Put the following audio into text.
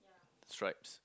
stripes